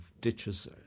ditches